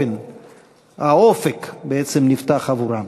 האופק נפתח עבורן.